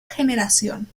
generación